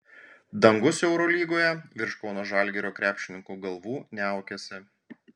dangus eurolygoje virš kauno žalgirio krepšininkų galvų niaukiasi